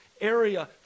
area